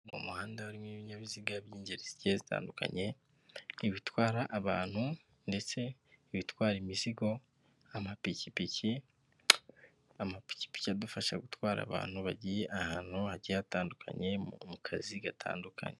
Mu muhanda urimo ibinyabiziga by'ingeri zigiye zitandukanye, nk'ibitwara abantu ndetse ibitwara imizigo, amapikipiki, amapikipiki adufasha gutwara abantu bagiye ahantu hagiye hatandukanye mu kazi gatandukanye.